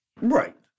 Right